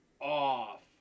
off